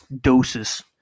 doses